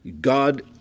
God